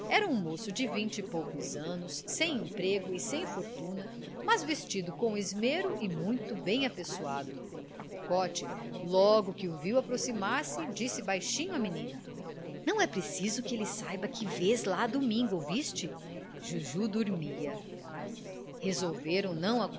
um moço de vinte e poucos anos sem emprego e sem fortuna mas vestido com esmero e muito bem apessoado a cocote logo que o viu aproximar-se disse baixinho à menina não é preciso que ele saiba que vais lá domingo ouviste juju dormia resolveram não